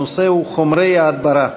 הנושא הוא: חומרי הדברה.